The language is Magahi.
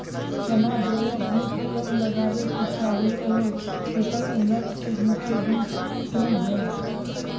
चना बोया बुट कब लगावे के चाही और ऐकर उन्नत किस्म के बिज कौन है?